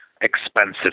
expensive